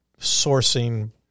sourcing